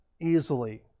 easily